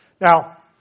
Now